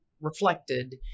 reflected